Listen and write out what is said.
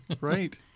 right